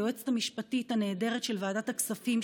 היועצת המשפטית הנהדרת של ועדת הכספים,